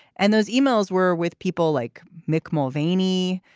and those e-mails were with people like mick mulvaney,